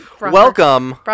Welcome